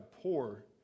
poor